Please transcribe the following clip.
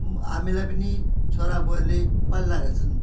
हामीलाई पनि छोरा बुहारीले पालिरहेका छन्